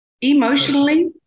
Emotionally